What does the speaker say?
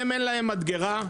אין להם מדגרה,